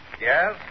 Yes